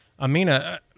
Amina